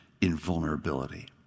invulnerability